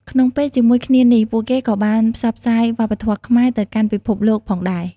ក្នុងពេលជាមួយគ្នានេះ ពួកគេក៏បានផ្សព្វផ្សាយវប្បធម៌ខ្មែរទៅកាន់ពិភពលោកផងដែរ។